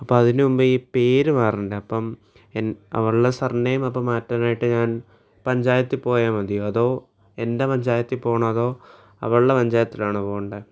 അപ്പം അതിനു മുമ്പേ ഈ പേരു മാറണ്ടെ അപ്പം എൻ ഉള്ള സർ നെയിമപ്പം മാറ്റാനായിട്ട് ഞാൻ പഞ്ചായത്തിൽ പോയാൽ മതിയോ അതോ എൻ്റെ പഞ്ചായത്തിൽ പോകണോ അതോ അവളുടെ പഞ്ചായത്തിലാണോ പോകണ്ടേ